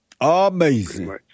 Amazing